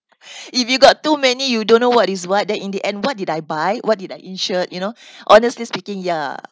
if you got too many you don't know what is what then in the end what did I buy what did I insured you know honestly speaking ya